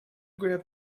grab